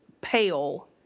pale